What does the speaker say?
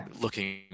looking